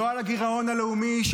לא על הגירעון הלאומי,